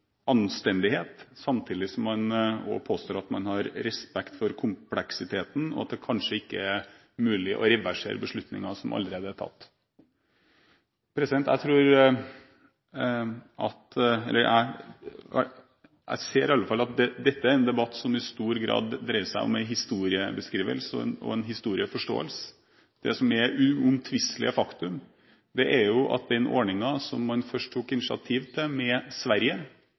anstendighet, samtidig som man også påstår at man har respekt for kompleksiteten, og at det kanskje ikke er mulig å reversere beslutninger som allerede er tatt. Jeg ser at dette er en debatt som i stor grad dreier seg om en historiebeskrivelse og en historieforståelse. Det som er uomtvistelige faktum, er at den ordningen man først tok initiativ til med Sverige,